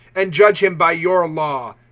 and judge him by your law.